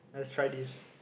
let's try this